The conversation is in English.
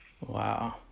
Wow